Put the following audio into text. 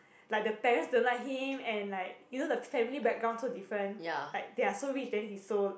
like the parents don't like him and like you know the family background so different they are so rich then he's so